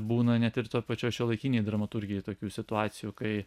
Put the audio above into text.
būna net ir toj pačioj šiuolaikinėj dramaturgijoj tokių situacijų kai